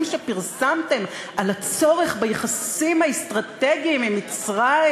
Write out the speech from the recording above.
שפרסמתם על הצורך ביחסים האסטרטגיים עם מצרים,